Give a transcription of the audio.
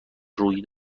روی